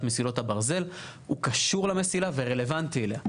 מסילות הברזל הוא קשור למסילה ורלוונטי אליה.